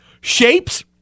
Shapes